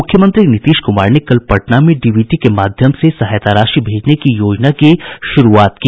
मुख्यमंत्री नीतीश कुमार ने कल पटना में डीबीटी के माध्यम से सहायता राशि भेजने की योजना की शुरूआत की